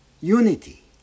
unity